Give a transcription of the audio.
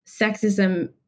sexism